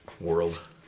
World